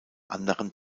anderen